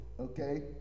okay